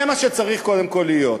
זה מה שצריך קודם כול להיות.